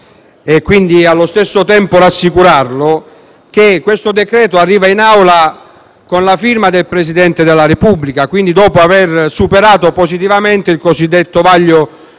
- e allo stesso tempo rassicurarlo - che il provvedimento arriva in Aula con la firma del Presidente della Repubblica, quindi dopo aver superato positivamente il cosiddetto vaglio